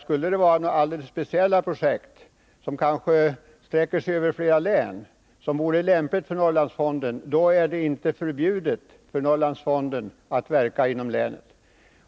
Skulle det röra sig om alldeles speciella projekt som är lämpliga för Norrlandsfonden och som kanske berör flera län, är det inte förbjudet för Norrlandsfonden att verka inom länet.